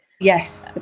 yes